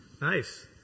nice